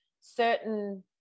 certain